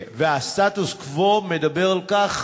והסטטוס-קוו מדבר על כך,